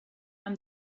amb